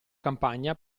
campagna